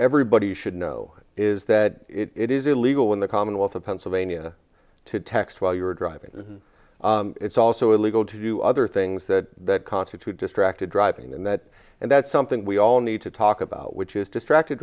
everybody should know is that it is illegal in the commonwealth of pennsylvania to text while you're driving it's also illegal to do other things that that constitute distracted driving and that and that's something we all need to talk about which is distracted